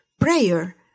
prayer